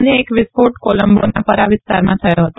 ન્ય એક વિસ્ફો કોલંબોના પરા વિસ્તારમાં થયો હતો